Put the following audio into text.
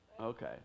okay